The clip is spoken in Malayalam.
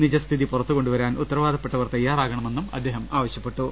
നിജസ്ഥിതി പുറത്തുകൊണ്ടുവരാൻ ഉത്തരവാദപ്പെട്ടവർ തയ്യാറാക ണമെന്നും അദ്ദേഹം ആവശ്യപ്പെട്ടു